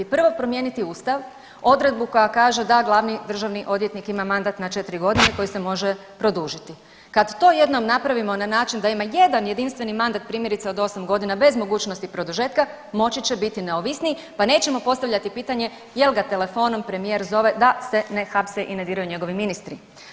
Prvo promijeniti ustav, odredbu koja kaže da glavni državni odvjetnik ima mandat na 4.g. koji se može produžiti, kad to jednom napravimo na način da ima jedan jedinstveni mandat primjerice od 8.g. bez mogućnosti produžetka moći će biti neovisniji, pa nećemo postavljati pitanje jel ga telefonom premijer zove da se ne hapse i ne diraju njegovi ministri.